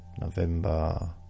November